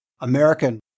American